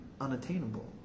unattainable